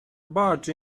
barge